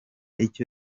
icyo